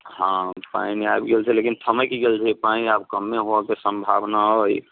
हँ पानि आबि गेल छै लेकिन ठमकि गेल छै पानि आब कमे हुअके सम्भावना अइ